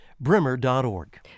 brimmer.org